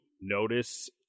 notice